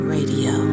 Radio